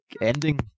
ending